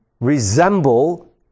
resemble